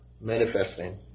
manifesting